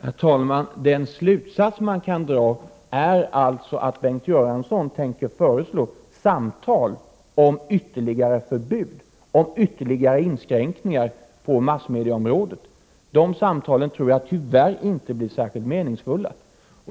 Herr talman! Den slutsats man kan dra är alltså att Bengt Göransson tänker föreslå samtal om ytterligare förbud, ytterligare inskränkningar på massmediaområdet. De samtalen tror jag tyvärr inte blir särskilt meningsfulla.